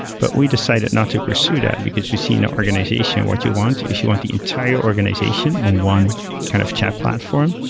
but we decided not to pursue that, because we see in our organization what you want, if you want the entire organization on one kind of chat platform,